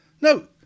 No